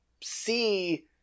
see